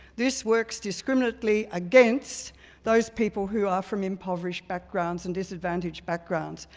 this works discriminately against those people who are from impoverished backgrounds and disadvantaged backgrounds.